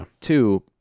two